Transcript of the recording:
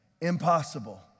Impossible